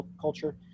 culture